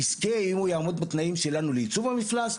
יזכה אם הוא יעמוד בתנאים שלנו לייצוב המפלס,